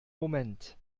moment